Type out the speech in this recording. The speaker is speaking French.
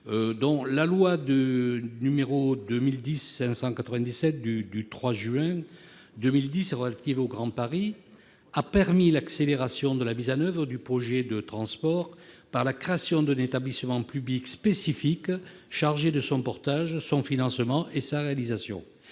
La loi n° 2010-597 du 3 juin 2010 relative au Grand Paris a permis l'accélération de la mise en oeuvre du projet de transport, par la création d'un établissement public spécifique chargé de son portage, son financement et sa réalisation.